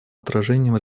отражением